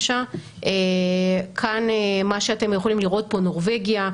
כאן אתם יכולים לראות את נורבגיה,